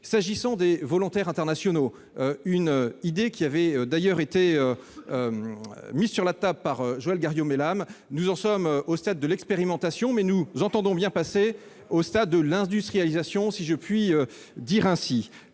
S'agissant des volontaires internationaux- une idée qui avait été mise sur la table par Mme Joëlle Garriaud-Maylam -, nous en sommes au stade de l'expérimentation, mais nous entendons bien passer au stade de l'industrialisation, si je puis m'exprimer ainsi.